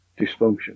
dysfunction